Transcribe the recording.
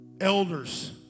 elders